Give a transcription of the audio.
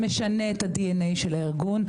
שמשנה את ה-DNA של הארגון,